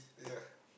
yeah